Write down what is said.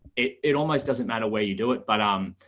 it it almost doesn't matter where you do it. but um,